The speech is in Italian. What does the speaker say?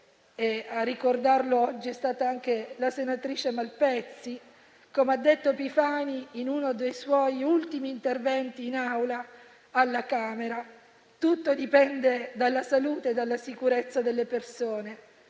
a ricordarlo oggi è stata anche la senatrice Malpezzi - come ha detto Epifani in uno dei suoi ultimi interventi in Aula alla Camera, tutto dipende dalla salute e dalla sicurezza delle persone: